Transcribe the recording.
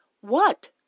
What